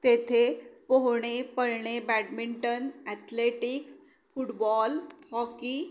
तेथे पोहणे पळणे बॅडमिंटन ॲथलेटिक्स फुटबॉल हॉकी